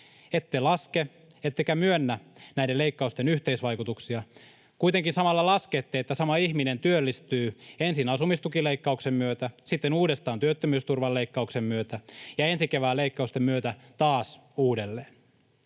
Ette laske ettekä myönnä näiden leikkausten yhteisvaikutuksia, mutta kuitenkin samalla laskette, että sama ihminen työllistyy ensin asumistukileikkauksen myötä, sitten uudestaan työttömyysturvan leikkauksen myötä ja ensi kevään leikkausten myötä taas uudelleen.